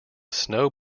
snow